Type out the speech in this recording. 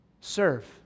Serve